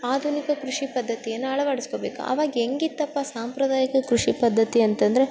ಆಧುನಿಕ ಕೃಷಿ ಪದ್ಧತಿಯನ್ನು ಅಳವಡಿಸಿಕೊಳ್ಬೇಕು ಆವಾಗ ಹೆಂಗಿತ್ತಪ್ಪ ಸಾಂಪ್ರದಾಯಿಕ ಕೃಷಿ ಪದ್ಧತಿ ಅಂತಂದ್ರೆ